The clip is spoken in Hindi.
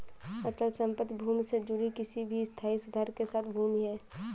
अचल संपत्ति भूमि से जुड़ी किसी भी स्थायी सुधार के साथ भूमि है